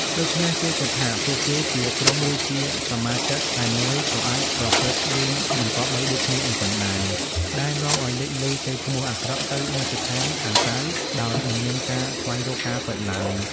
ដូច្នេះ គេគិតថា ពួកគេជាក្រុមឫជាសមាជិកតែមួយក៏អាចប្រព្រឹត្តរឿងមិនគប្បីដូចគ្នាអ៊ីចឹងដែរ ដែលនាំឲ្យលេចឮកេរ្តិ៍ឈ្មោះអាក្រក់ទៅមជ្ឈដ្ឋានខាងក្រៅដោយមិនមានការស្វែងរកការពិតទ្បើយ។